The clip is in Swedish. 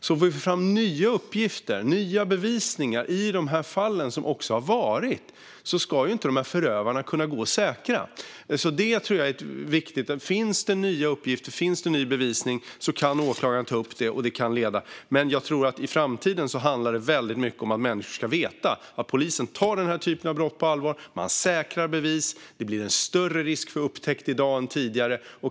Om vi får fram nya uppgifter eller ny bevisning i tidigare fall ska förövarna inte kunna gå säkra. Det tror jag är viktigt - om det finns nya uppgifter eller ny bevisning kan åklagaren ta upp det, och det kan leda vidare. Jag tror dock att det i framtiden handlar väldigt mycket om att människor ska veta att polisen tar denna typ av brott på allvar. Polisen säkrar bevis, och risken för upptäckt är större i dag än tidigare.